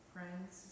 Friends